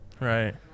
Right